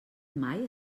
mai